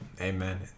Amen